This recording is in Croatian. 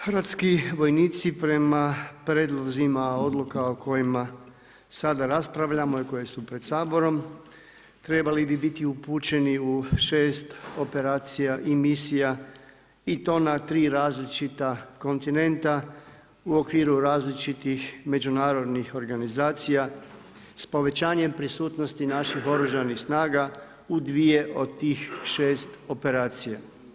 Hrvatski vojnici prema prijedlozima odluka o kojima sada raspravljamo i koje su pred Saborom trebali bi biti upućeni u šest operacija i misija i to na tri različita kontinenta u okviru različitih međunarodnih organizacija s povećanjem prisutnosti naših oružanih snaga u dvije od tih šest operacija.